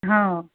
ହଁ